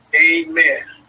Amen